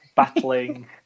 battling